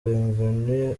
bienvenue